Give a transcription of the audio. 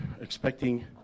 expecting